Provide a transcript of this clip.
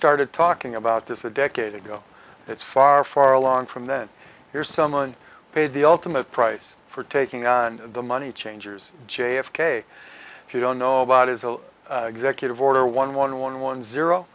started talking about this a decade ago it's far far along from then here's someone who paid the ultimate price for taking on the money changers j f k if you don't know about is an executive order one one one one zero